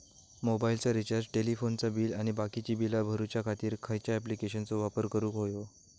मोबाईलाचा रिचार्ज टेलिफोनाचा बिल आणि बाकीची बिला भरूच्या खातीर खयच्या ॲप्लिकेशनाचो वापर करूक होयो?